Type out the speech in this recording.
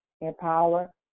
empower